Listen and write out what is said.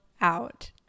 out